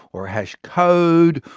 or a hash code,